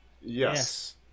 Yes